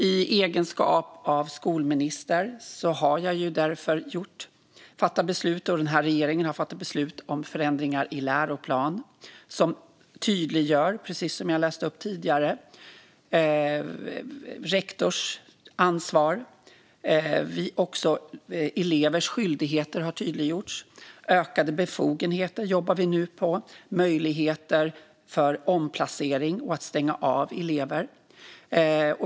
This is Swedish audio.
I egenskap av skolminister har jag och den här regeringen därför fattat beslut om förändringar i läroplan. Som jag läste upp tidigare tydliggör vi rektors ansvar, och också elevers skyldigheter har tydliggjorts. Ökade befogenheter jobbar vi nu på, liksom möjligheter till omplacering och att stänga av elever.